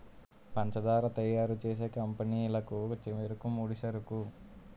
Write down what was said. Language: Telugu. పంచదార తయారు చేసే కంపెనీ లకు చెరుకే ముడిసరుకు